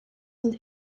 und